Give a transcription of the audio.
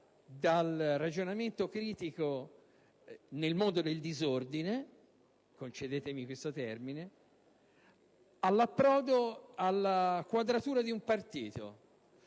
dal ragionamento critico nel mondo del disordine -concedetemi questo termine - all'approdo alla quadratura di un partito,